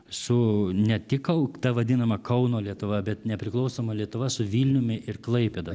su ne tik kau ta vadinama kauno lietuva bet nepriklausoma lietuva su vilniumi ir klaipėda